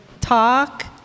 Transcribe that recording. talk